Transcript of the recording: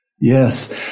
Yes